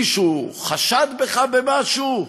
מישהו חשד בך במשהו?